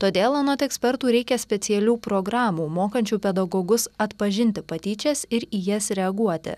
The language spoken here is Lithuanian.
todėl anot ekspertų reikia specialių programų mokančių pedagogus atpažinti patyčias ir į jas reaguoti